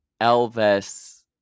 Elvis